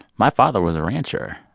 my father was a rancher.